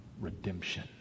redemption